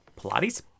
Pilates